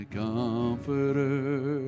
comforter